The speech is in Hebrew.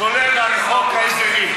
כולל על חוק ההסדרים.